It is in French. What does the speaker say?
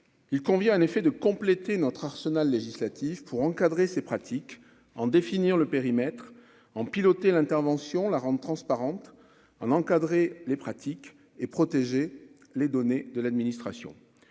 il convient en effet de compléter notre arsenal législatif pour encadrer ces pratiques en définir le périmètre en piloter l'intervention la robe transparente en encadrer les pratiques et protéger les données de l'administration,